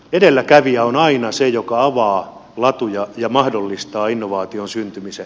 edelläkävijä on aina se joka avaa latuja ja mahdollistaa innovaation syntymisen